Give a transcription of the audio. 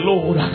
Lord